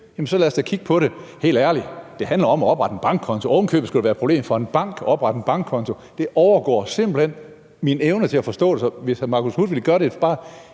så lad os da kigge på det. Helt ærligt, det handler om at oprette en bankkonto. Og at det ovenikøbet skulle være et problem for en bank at oprette en bankkonto, overgår simpelt hen mine evner for at forstå det. Vil hr. Marcus Knuth prøve